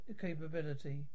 capability